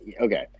Okay